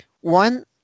One